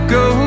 go